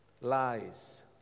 Lies